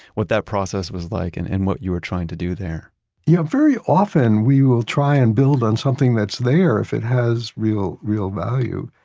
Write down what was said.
what that process was like and and what you were trying to do there yeah, very often we will try and build on something that's there if it has real, real value.